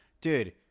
dude